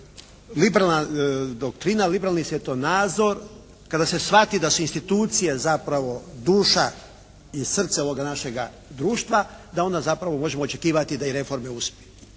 liberalna doktrina, liberalni svjetonazor, kada se shvati da su institucije zapravo duša i srce ovoga našega društva da onda zapravo možemo očekivati da i reforme uspiju.